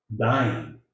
dying